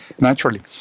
naturally